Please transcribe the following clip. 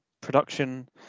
production